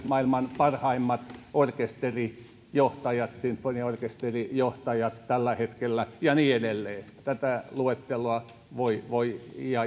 maailman parhaimmat sinfoniaorkesterijohtajat sinfoniaorkesterijohtajat tällä hetkellä ja niin edelleen tätä luetteloa voi voi